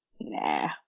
nah